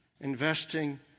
investing